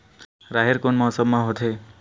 राहेर कोन मौसम मा होथे?